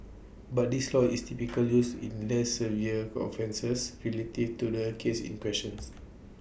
but this law is typically used in less severe offences relative to the case in questions